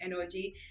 energy